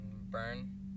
Burn